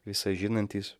visa žinantys